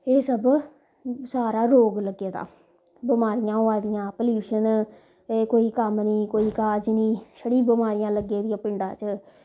एह् सब सारा रोग लग्गे दा बमारियां होआ दियां पल्यूशन ते कोई कम्म नी कोई काज़ नी छड़ी बमारियां लग्गी दियां पिंडा च